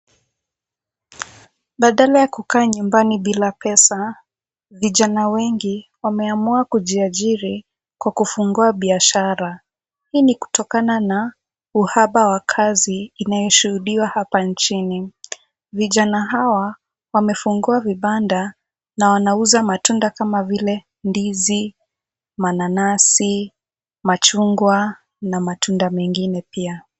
Badala ya kukaa nyumbani bila pesa, vijana wengi wameamua kujiajiri kwa kufungua biashara hii ni kutokana na huapa wa kasi inayoshuhudiwa hapa njini vijana hawa wamefunguwa vipanda na wanauza matunda kama vile ndizi, mananasi, machungwa na matunda mengine pia.